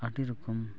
ᱟᱹᱰᱤ ᱨᱚᱠᱚᱢ